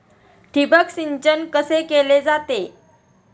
ठिबक सिंचन कसे केले जाते?